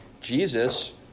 Jesus